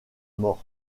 mort